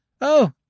Oh